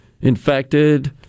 infected